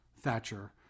Thatcher